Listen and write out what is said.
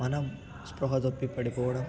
మనం స్పృహ తప్పి పడిపోవడం